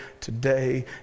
today